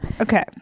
Okay